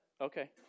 Okay